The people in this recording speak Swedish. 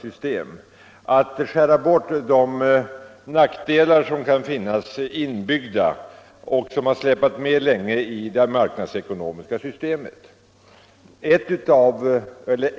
Det gäller att skära bort de nackdelar som kan finnas inbyggda och som har släpat med länge i det marknadsekonomiska systemet.